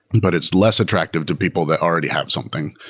but it's less attractive to people that already have something,